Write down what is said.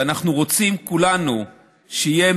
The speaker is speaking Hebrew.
ואנחנו רוצים כולנו שיהיה,